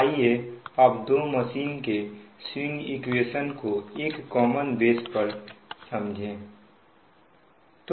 आइए अब दो मशीन के सिविंग इक्वेशन को एक कॉमन बेस पर समझे